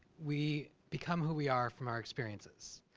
we become who we are from our experiences.